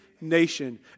nation